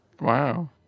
Wow